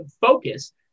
focus